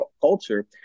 culture